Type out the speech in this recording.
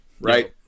right